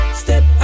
step